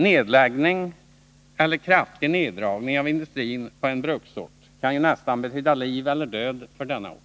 Nedläggning eller kraftig neddragning av industrin på en bruksort kan ju nästan betyda liv eller död för denna ort.